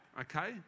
okay